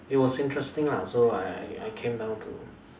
it was interesting lah so I I came down to